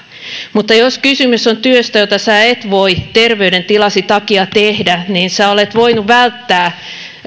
mutta jos kysymys on työstä jota et voi terveydentilasi takia tehdä niin olet voinut välttää